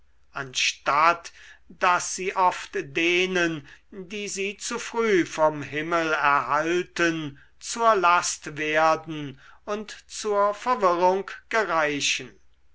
anstatt daß sie oft denen die sie zu früh vom himmel erhalten zur last werden und zur verwirrung gereichen